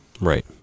Right